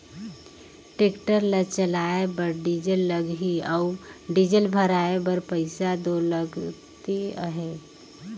tractor ल चलाए बर डीजल लगही अउ डीजल भराए बर पइसा दो लगते अहे